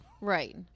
Right